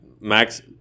Max